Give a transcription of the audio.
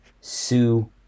Sue